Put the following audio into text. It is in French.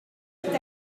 est